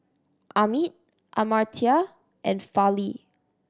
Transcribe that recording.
Amit Amartya and Fali